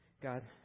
God